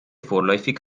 vorläufig